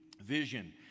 Vision